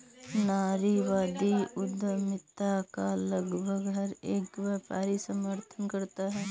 नारीवादी उद्यमिता का लगभग हर एक व्यापारी समर्थन करता है